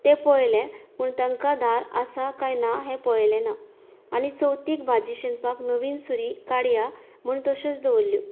तें पळयलें पूण तांकां धार आसा कांय ना हें पळयलें ना आनी चवथीक भाजी शिंदपाक नवीन सुरी काडया म्हूण तश्योच दवरल्यो